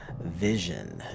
vision